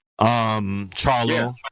Charlo